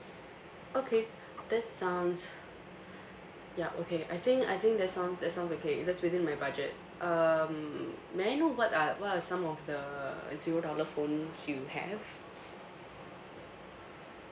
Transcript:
okay that sounds ya okay I think I think that sounds that sounds okay that's within my budget um may I know what are what are some of the zero dollar phones you have